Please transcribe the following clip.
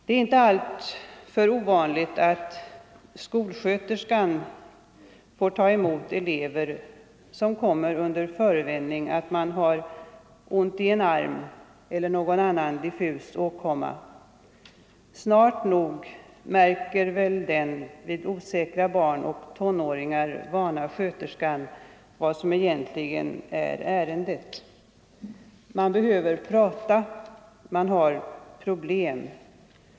Det är inte alltför ovanligt att skolsköterskan får ta emot elever som kommer under förevändning att de har ont i en arm eller någon annan diffus åkomma. Snart nog märker väl den vid osäkra barn och tonåringar vana sköterskan vad som egentligen är ärendet. Man behöver prata, man har problem.